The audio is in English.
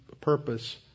purpose